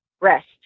rest